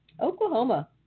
Oklahoma